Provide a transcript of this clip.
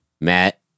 Matt